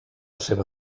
seva